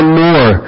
more